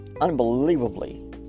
unbelievably